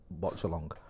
watch-along